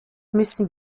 müssen